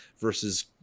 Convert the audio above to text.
versus